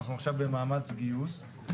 אנחנו עכשיו במאמץ גיוס.